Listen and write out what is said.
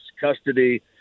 custody